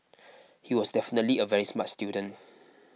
he was definitely a very smart student